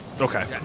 Okay